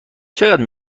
چقدر